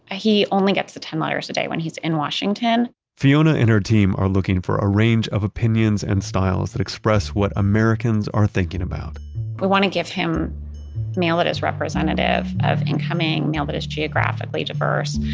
ah he only gets the ten letters a day when he's in washington fiona and her team are looking for a range of opinions and styles that express what americans are thinking about we want to give him mail that is representative of incoming mail that is geographically diverse.